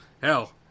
Hell